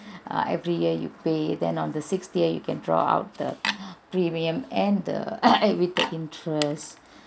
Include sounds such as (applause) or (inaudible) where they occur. (breath) err every year you pay then on the sixth year you can draw out the (breath) premium and the (coughs) with the interest